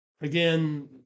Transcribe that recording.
again